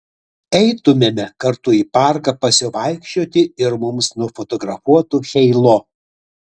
eitumėme kartu į parką pasivaikščioti ir mus nufotografuotų heilo